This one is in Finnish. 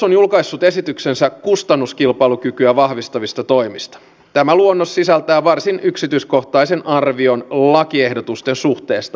maassamme vallitsee tilanne jossa sisäisen turvallisuuden kestävyyttä koetellaan sekä kansalaisten että myös poliisien näkökulmasta